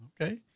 Okay